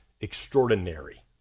extraordinary